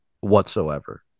whatsoever